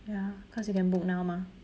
ya cause you can book now mah